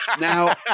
Now